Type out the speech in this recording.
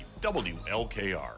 WLKR